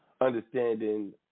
understanding